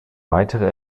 weitere